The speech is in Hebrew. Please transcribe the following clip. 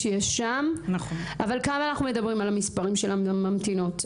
מה מספר הממתינות?